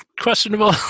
questionable